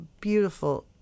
beautiful